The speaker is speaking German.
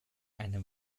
eine